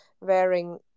wearing